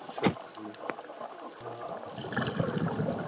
اچھا جی